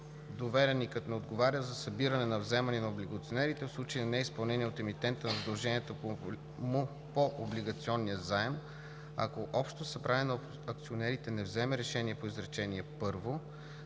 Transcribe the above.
„Довереникът не отговаря за събиране на вземания на облигационерите в случай неизпълнение от емитента на задълженията му по облигационния заем, ако Общото събрание на акционерите не вземе решение по изречение първо,